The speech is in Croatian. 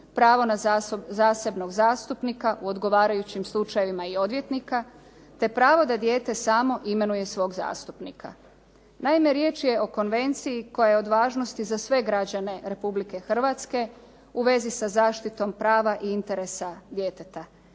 pravo na zasebnog zastupnika u odgovarajućim slučajevima i odvjetnika, te pravo da dijete samo imenuje svog zastupnika. Naime, riječ je o konvenciji koja je od važnosti za sve građane Republike Hrvatske u vezi sa zaštitom prava i interesa djeteta.